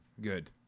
good